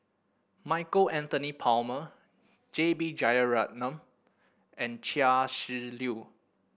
Michael Anthony Palmer J B Jeyaretnam and Chia Shi Lu